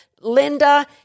Linda